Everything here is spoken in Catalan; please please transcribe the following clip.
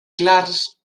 clars